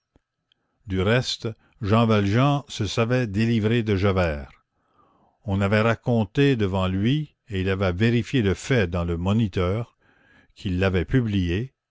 du reste jean valjean se savait délivré de javert on avait raconté devant lui et il avait vérifié le fait dans le moniteur qui l'avait publié